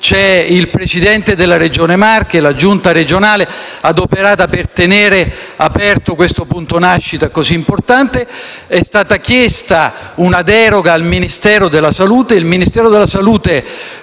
Sia il Presidente della Regione Marche che la Giunta regionale si stanno adoperando per tenere aperto questo punto nascite così importante. È stata chiesta una deroga al Ministero della salute,